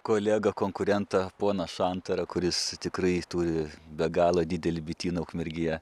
kolegą konkurentą poną šantarą kuris tikrai turi be galo didelį bityną ukmergėje